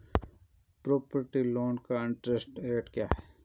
Property loan का interest rate क्या है?